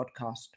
podcast